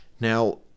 Now